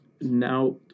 now